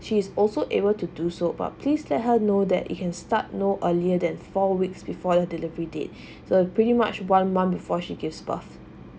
she is also able to do so but please let her know that you can start no earlier than four weeks before the delivery date so pretty much one month before she gives birth